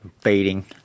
fading